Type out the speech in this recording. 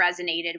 resonated